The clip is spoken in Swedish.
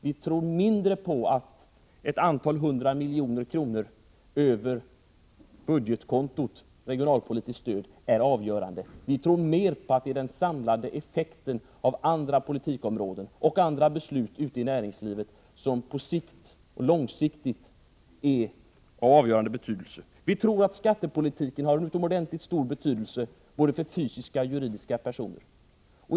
Vi tror mindre på att några hundratals miljoner kronor i regionalpolitiskt stöd över budgeten är avgörande och mer på att det är den samlade effekten av politiken på andra områden och andra beslut ute i näringslivet som på sikt och långsiktigt är av avgörande betydelse. Vi tror att skattepolitiken har en utomordentligt stor betydelse både för fysiska och för juridiska personer.